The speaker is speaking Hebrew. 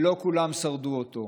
שלא כולם שרדו אותו,